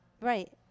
Right